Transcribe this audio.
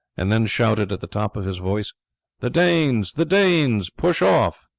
and then shouted at the top of his voice the danes! the danes! push off!